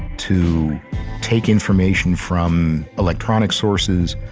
to take information from electronic sources,